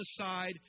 aside